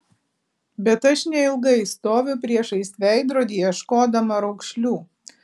bet aš neilgai stoviu priešais veidrodį ieškodama raukšlių